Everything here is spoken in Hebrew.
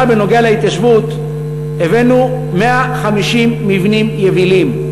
בכלל, בנוגע להתיישבות, הבאנו 150 מבנים יבילים,